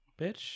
bitch